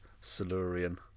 silurian